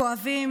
כואבים,